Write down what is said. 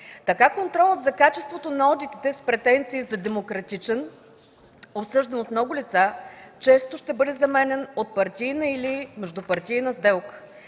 Така контролът за качеството на одитите с претенции за демократичен, обсъждан от много лица, често ще бъде заменян от партийна или междупартийна сделка.